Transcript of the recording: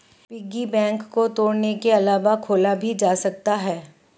piggy bank को तोड़ने के अलावा खोला भी जा सकता है